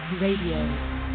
Radio